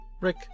Rick